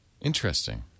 Interesting